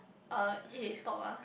uh eh stop ah